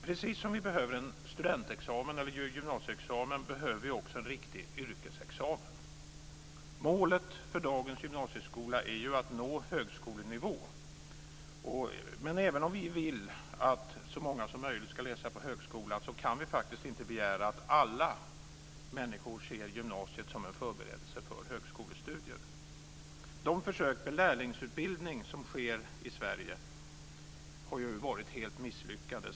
Precis som vi behöver en studentexamen eller en gymnasieexamen behöver vi också en riktig yrkesexamen. Målet för dagens gymnasieskola är att nå högskolenivå. Men även om vi vill att så många som möjligt ska läsa på högskolan kan vi faktiskt inte begära att alla människor ser gymnasiet som en förberedelse för högskolestudier. De försök med lärlingsutbildning som sker i Sverige har varit helt misslyckade.